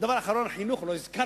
דבר אחרון: את החינוך לא הזכרתי,